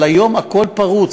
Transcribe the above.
אבל היום הכול פרוץ,